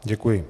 Děkuji.